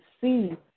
see